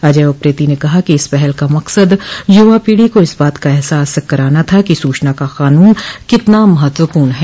अजय उप्रेती ने कहा कि इस पहल का मकसद युवा पीढ़ी को इस बात का एहसास कराना था कि सूचना का कानून कितना महत्वपूर्ण है